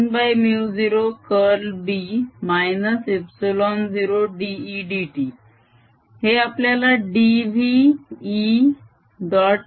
1μ0कर्ल B ε0dEdt हे आपल्याला dv E